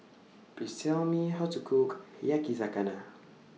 Please Tell Me How to Cook Yakizakana